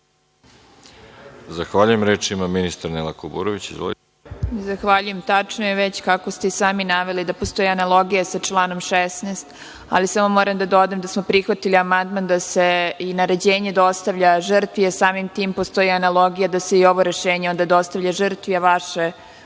Zahvaljujem. Reč ima ministar Nela Kuburović. **Nela Kuburović** Zahvaljujem. Tačno je, kako ste već i sami naveli da postoji analogija sa članom 16, ali samo moram da dodam da smo prihvatili amandman da se i naređenje dostavlja žrtvi, a samim tim postoji i analogija da se i ovo rešenje dostavlja žrtvi, a vaš amandman